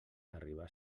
arribar